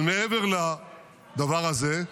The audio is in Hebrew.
אבל מעבר לדבר הזה,